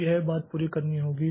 तो यह बात पूरी करनी होगी